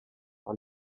par